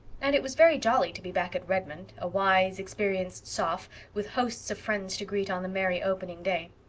and it was very jolly to be back at redmond, a wise, experienced soph with hosts of friends to greet on the merry opening day.